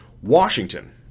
Washington